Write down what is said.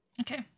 Okay